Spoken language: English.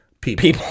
people